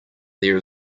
there